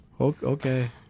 Okay